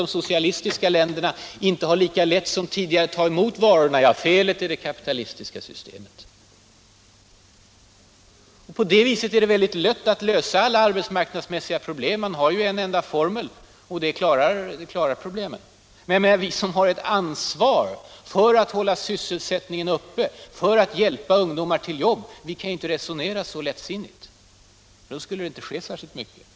de socialistiska länderna, inte har lika lätt som tidigare att ta emot varorna — felet är det kapitalistiska systemets. På det viset är det väldigt lätt att lösa alla arbetsmarknadsmässiga problem. Man har en enda formel som klarar problemen. Men vi som har ett ansvar för att hålla sysselsättningen uppe, för att hjälpa bl.a. ungdomar till jobb, kan inte resonera så lättsinnigt. Då skulle det inte bli särskilt mycket gjort.